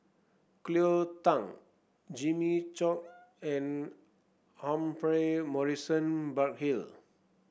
Cleo Thang Jimmy Chok and Humphrey Morrison Burkill